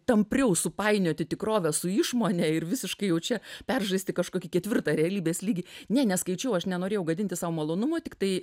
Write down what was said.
tampriau supainioti tikrovę su išmone ir visiškai jau čia peržaisti kažkokį ketvirtą realybės lygį ne neskaičiau aš nenorėjau gadinti sau malonumo tiktai